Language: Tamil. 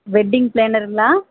வெட்டிங் ப்ளனருங்களா